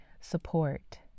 support